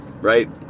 right